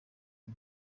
iyi